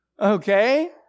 Okay